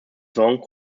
song